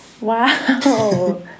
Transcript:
Wow